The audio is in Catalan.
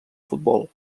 futbol